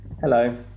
Hello